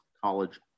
college